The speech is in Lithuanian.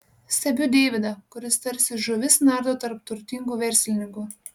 stebiu deividą kuris tarsi žuvis nardo tarp turtingų verslininkų